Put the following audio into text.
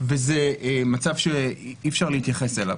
וזה מצב שאי אפשר להתייחס אליו.